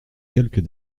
quelques